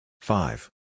Five